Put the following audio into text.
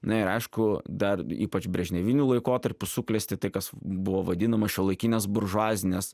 na ir aišku dar ypač brežneviniu laikotarpiu suklesti tai kas buvo vadinama šiuolaikinės buržuazinės